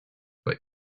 but